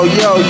yo